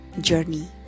journey